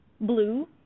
Blue